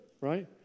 right